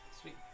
Sweet